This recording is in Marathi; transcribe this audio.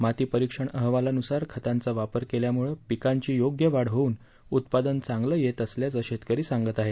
माती परिक्षण अहवालानुसार खतांचा वापर केल्यामुळ पिकांची योग्य वाढ होवून उत्पादन चांगलं येत असल्याचे शेतकरी सांगत आहेत